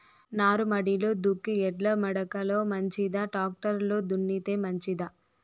నారుమడిలో దుక్కి ఎడ్ల మడక లో మంచిదా, టాక్టర్ లో దున్నితే మంచిదా?